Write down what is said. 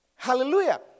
Hallelujah